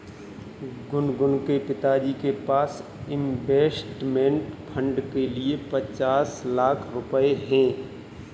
गुनगुन के पिताजी के पास इंवेस्टमेंट फ़ंड के लिए पचास लाख रुपए है